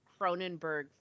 Cronenberg